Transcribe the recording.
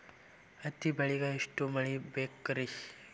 ಹತ್ತಿ ಬೆಳಿಗ ಎಷ್ಟ ಮಳಿ ಬೇಕ್ ರಿ?